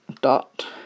DOT